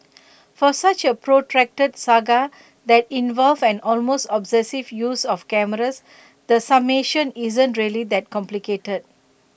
for such A protracted saga that involved an almost obsessive use of cameras the summation isn't really that complicated